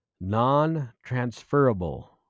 Non-transferable